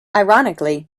ironically